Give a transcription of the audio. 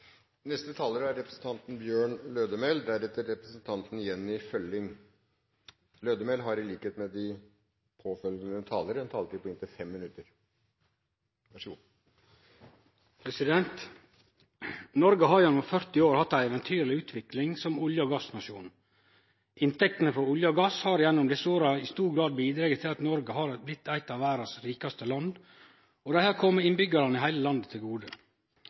har gjennom 40 år hatt ei eventyrleg utvikling som olje- og gassnasjon. Inntektene frå olje og gass har gjennom desse åra i stor grad bidrege til at Noreg har blitt eit av verdas rikaste land, og det har kome innbyggjarane i heile landet til gode.